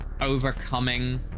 overcoming